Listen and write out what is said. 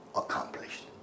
accomplished